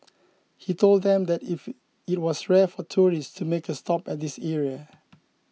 he told them that if it was rare for tourists to make a stop at this area